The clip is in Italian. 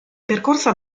percorsa